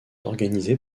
organisées